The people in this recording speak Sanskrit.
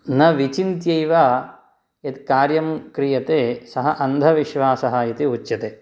न विचिन्त्येव यत् कार्यं क्रियते सः अन्धविश्वासः इति उच्यते